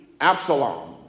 Absalom